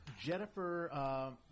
Jennifer